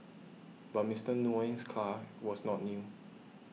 but Mister Nguyen's car was not new